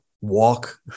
walk